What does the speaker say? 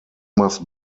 must